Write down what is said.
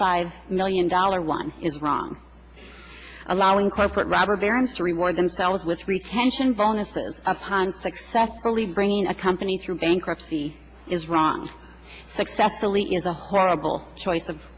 five million dollars one is wrong allowing corporate robber barons to reward themselves with retention bonuses upon successfully bringing a company through bankruptcy is wrong successfully is a horrible choice of